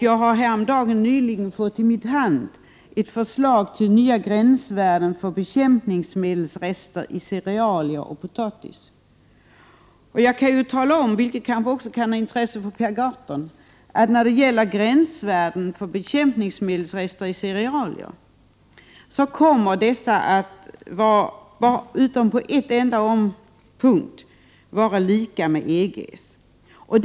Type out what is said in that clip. Jag har nyligen fått i min hand ett förslag till nya gränsvärden för bekämpningsmedelsrester i cerealier och potatis. Jag kan tala om — vilket också kan vara av intresse för Per Gahrton — att gränsvärdena för bekämpningsmedelsrester i cerealier kommer att vara likadana som inom EG utom på en enda punkt.